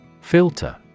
Filter